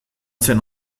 zen